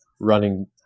running